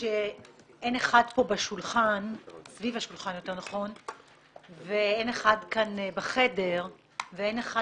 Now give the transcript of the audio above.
שאין אחד פה סביב השולחן ואין אחד כאן בחדר ואין אחד